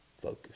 focus